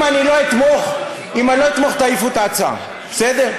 אם אני לא אתמוך, תעיפו את ההצעה, בסדר?